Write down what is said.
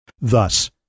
Thus